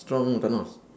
strong know thanos